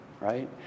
right